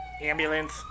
Ambulance